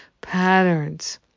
patterns